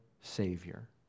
Savior